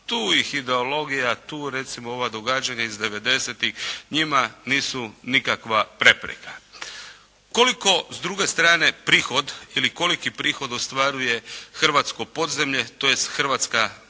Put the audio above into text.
Tu ih ideologija, tu recimo ova događanja iz 90-tih njima nisu nikakva prepreka. Koliko s druge strane prihod ili koliki prihod ostvaruje hrvatsko podzemlje, tj. hrvatska mafija